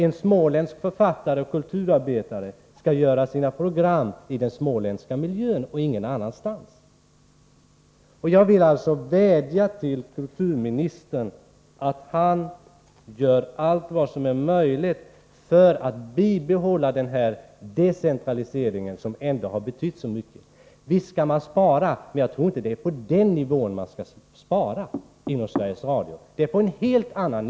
En småländsk kulturarbetare skall göra sina program i den småländska miljön, och ingen annanstans. Jag vill vädja till kulturministern att han gör allt vad som är möjligt för att bibehålla den decentralisering som ändå har betytt så mycket. Visst skall man spara inom Sveriges Radio, men jag tror inte att man skall göra det på den här nivån utan på en helt annan.